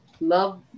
Love